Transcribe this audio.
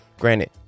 Granted